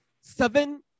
seven